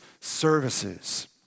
services